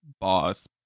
boss